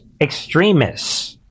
extremists